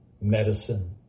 medicine